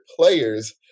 players